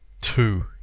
two